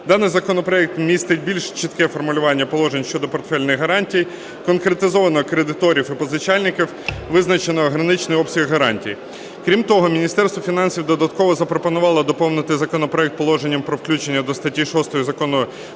Даний законопроект містить більш чітке формулювання положень щодо портфельних гарантій, конкретизовано кредиторів і позичальників, визначено граничний обсяг гарантій. Крім того, Міністерство фінансів додатково запропонувало доповнити законопроект положенням про включення до статті 6 Закону